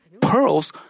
pearls